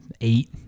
eight